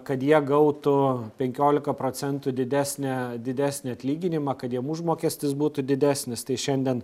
kad jie gautų penkiolika procentų didesnę didesnį atlyginimą kad jiem užmokestis būtų didesnis tai šiandien